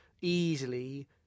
easily